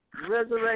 resurrection